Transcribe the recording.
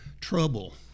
trouble